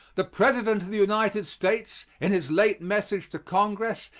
the president of the united states, in his late message to congress,